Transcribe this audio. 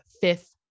fifth